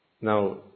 Now